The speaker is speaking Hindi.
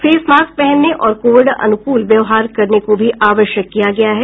फेस मास्क पहनने और कोविड अनुकूल व्यवहार को भी आवश्यक किया गया है